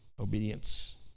obedience